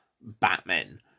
Batman